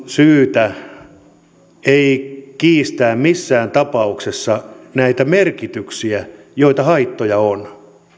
syytä kiistää missään tapauksessa näitä merkityksiä joita haitoilla on